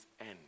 end